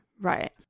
Right